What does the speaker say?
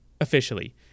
officially